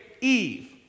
Eve